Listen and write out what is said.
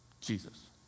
Jesus